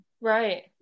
Right